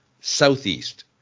southeast